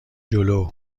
جلو